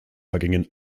vergingen